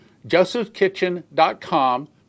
JosephKitchen.com